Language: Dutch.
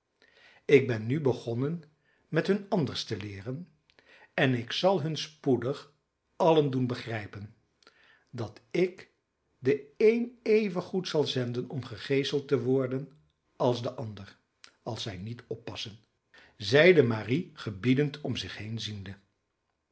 ik ben nu begonnen met hun anders te leeren en ik zal hun spoedig allen doen begrijpen dat ik den een evengoed zal zenden om gegeeseld te worden als den ander als zij niet oppassen zeide marie gebiedend om zich